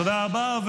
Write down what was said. תודה רבה.